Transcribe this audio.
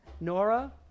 Nora